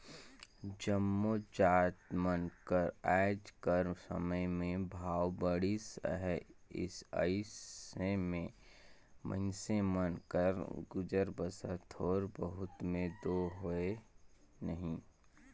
जम्मो जाएत मन कर आएज कर समे में भाव बढ़िस अहे अइसे में मइनसे मन कर गुजर बसर थोर बहुत में दो होए नई